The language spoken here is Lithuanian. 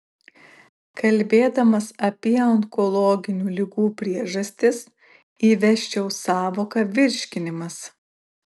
kalbėdamas apie onkologinių ligų priežastis įvesčiau sąvoką virškinimas